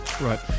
Right